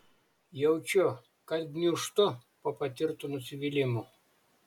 jaučiu kad gniūžtu po patirtų nusivylimų